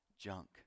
junk